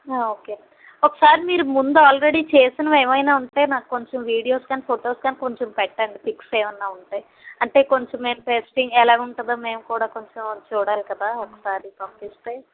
okay ఒక సారి మీరు ముందు ఆల్రెడీ చేసినవి ఏమైనా ఉంటే నాకు కొంచెం వీడియోస్ కానీ ఫొటోస్ కానీ కొంచెం పెట్టండి పిక్స్ ఏమన్నా ఉంటే అంటే కొంచెం ఎలా ఉంటుందో మేము కూడా కొంచెం చూడాలి కదా ఒకసారి పంపిస్తే